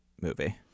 movie